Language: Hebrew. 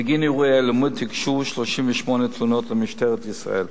בגין אירועי האלימות הוגשו 38 תלונות למשטרת ישראל.